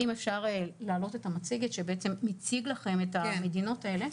אם אפשר להעלות את המצגת שבעצם מציג לכם את המדינות האלה,